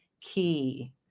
key